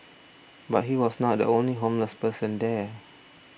but he was not the only homeless person there